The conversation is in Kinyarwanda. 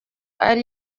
ari